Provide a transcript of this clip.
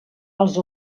els